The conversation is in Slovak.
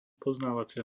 poznávacia